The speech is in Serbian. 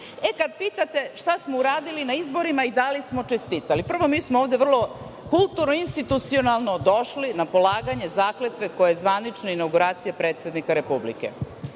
E, kada pitate šta smo uradili na izborima i da li smo čestitali? Prvo, mi smo ovde vrlo kulturno, institucionalno došli na polaganje zakletve koja je zvanična inauguracija predsednika Republike.